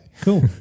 cool